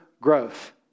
growth